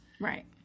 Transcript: Right